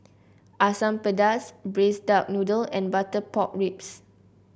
Asam Pedas Braised Duck Noodle and Butter Pork Ribs